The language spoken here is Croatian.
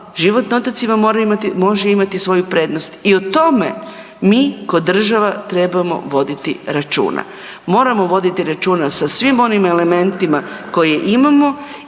život na otocima može imati svoju prednost i o tome mi ko država trebamo voditi računa. Moramo voditi računa sa svim onim elementima koje imamo